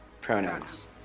pronouns